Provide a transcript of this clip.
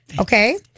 Okay